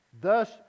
thus